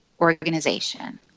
organization